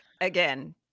Again